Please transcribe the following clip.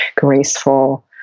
graceful